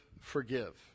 forgive